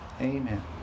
Amen